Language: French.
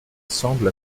semble